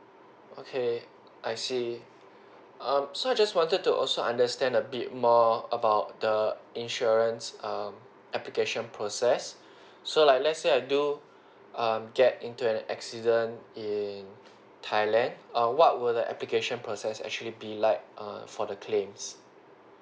okay I see um so just wanted to also understand a bit more about the insurance um application process so like let's say I've do um get into an accident in thailand err what would the application process actually be like err for the claims